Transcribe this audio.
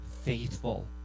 faithful